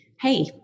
hey